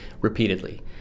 repeatedly